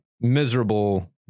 miserable